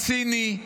ציני,